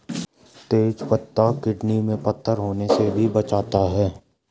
तेज पत्ता किडनी में पत्थर होने से भी बचाता है